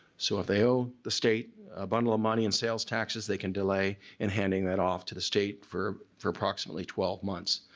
so if they owe the state a bundle of money in sales taxes, they can delay in handing that off to the state for for approximately twelve months.